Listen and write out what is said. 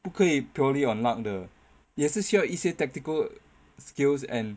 不可以 purely on luck 的也是需要一些 tactical skills and